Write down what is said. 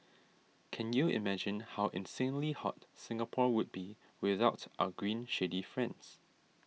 can you imagine how insanely hot Singapore would be without our green shady friends